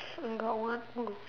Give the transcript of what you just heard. I got one more